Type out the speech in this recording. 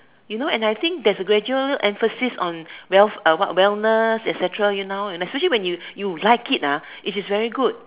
you know and I think there is gradual emphasis on wealth uh what wellness et-cetera you know especially when you you like it ah it is very good